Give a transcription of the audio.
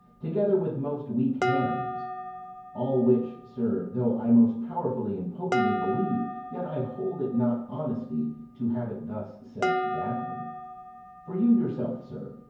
together with most weak hams all which, sir, though i most powerfully and potently believe, yet i hold it not honesty to have it thus set down for you yourself, sir,